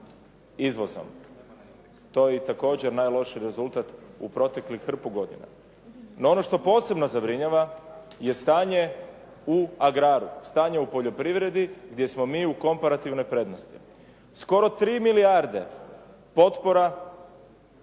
izvozom, to je također najlošiji rezultat u proteklih hrpu godina. No, ono što posebno zabrinjava je stanje u agraru, stanje u poljoprivredi gdje smo mi u komparativnoj prednosti. Skoro 3 milijarde potpora